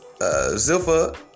Zilpha